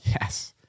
Yes